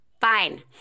Fine